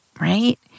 right